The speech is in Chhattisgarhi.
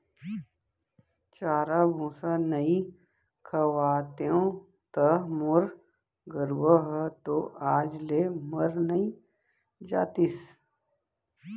चारा भूसा नइ खवातेंव त मोर गरूवा ह तो आज ले मर नइ जातिस